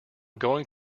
going